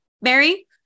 Mary